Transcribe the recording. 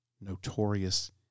notorious